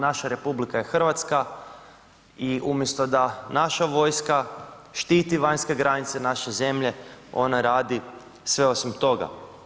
Naša republika je Hrvatska i umjesto da naša vojska štiti vanjske granice naše zemlje, ona radi sve osim toga.